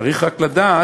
צריך רק לדעת